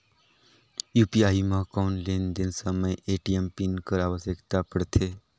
UPI म कौन लेन देन समय ए.टी.एम पिन कर आवश्यकता पड़थे?